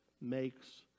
makes